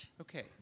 Okay